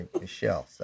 Michelle